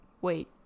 wait